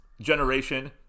generation